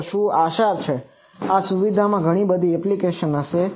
તો આશા છે કે આ સુવિધામાં ઘણી બધી એપ્લિકેશનો હશે